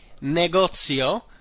negozio